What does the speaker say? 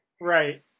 Right